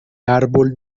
árbol